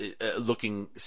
looking